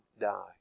die